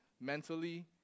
mentally